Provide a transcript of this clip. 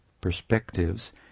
perspectives